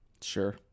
Sure